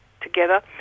together